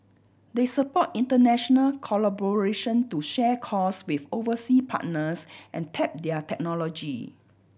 they support international collaboration to share costs with oversea partners and tap their technology